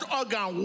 organ